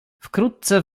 wkrótce